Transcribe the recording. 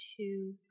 two